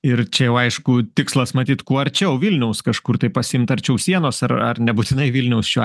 ir čia jau aišku tikslas matyt kuo arčiau vilniaus kažkur tai pasiimt arčiau sienos ar ar nebūtinai vilniaus šiuo